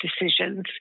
decisions